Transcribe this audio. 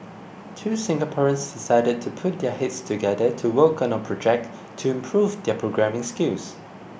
two Singaporeans decided to put their heads together to work on a project to improve their programming skills